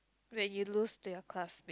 when you lose to your classmate